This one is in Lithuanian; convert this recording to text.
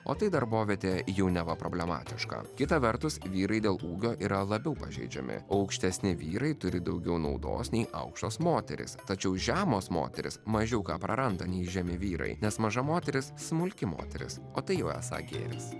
o tai darbovietei jau neva problematiška kita vertus vyrai dėl ūgio yra labiau pažeidžiami aukštesni vyrai turi daugiau naudos nei aukštos moterys tačiau žemos moterys mažiau ką praranda nei žemi vyrai nes maža moteris smulki moteris o tai jau esą gėris